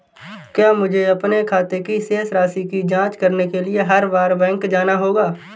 क्या मुझे अपने खाते की शेष राशि की जांच करने के लिए हर बार बैंक जाना होगा?